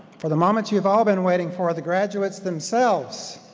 for the moment you've all been waiting for, the graduates themselves.